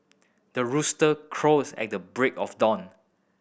the rooster crows at the break of dawn